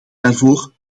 daarvoor